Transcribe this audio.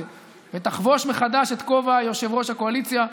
ותחבוש מחדש את כובע יושב-ראש הקואליציה,